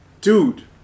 Dude